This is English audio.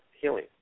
healing